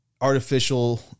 artificial